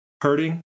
hurting